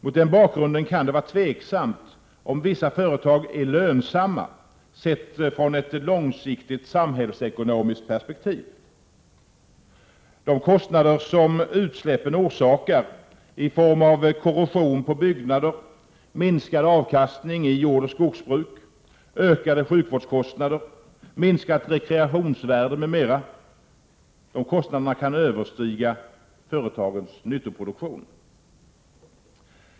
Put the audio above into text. Mot den bakgrunden kan det vara tveksamt om vissa företag är lönsamma, sett från ett långsiktigt samhällsekonomiskt perspektiv. De kostnader som utsläppen orsakar i form av korrosion på byggnader, minskad avkastning i jordoch skogsbruk, ökade sjukvårdskostnader, minskat rekreationsvärde m.m. kan överstiga företagets nyttoproduktion.